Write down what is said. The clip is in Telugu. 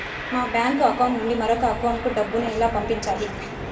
మా బ్యాంకు అకౌంట్ నుండి మరొక అకౌంట్ కు డబ్బును ఎలా పంపించాలి